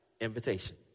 invitation